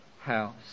house